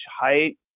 height